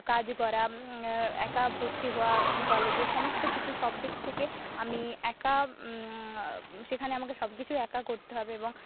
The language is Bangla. কাজ করা আ একা ভর্তি হওয়া কলেজে সমস্ত কিছু সবদিক থেকে আমি একা আ সেখানে আমাকে সবকিছু একা করতে হবে এবং